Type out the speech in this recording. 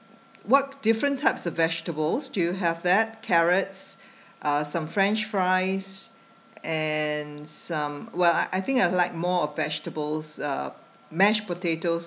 what different types of vegetables do you have that carrots uh some french fries and some well I I think I'd like more of vegetables uh mashed potatoes